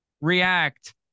React